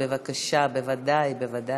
גילאון, בבקשה, בוודאי, בוודאי.